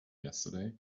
yesterday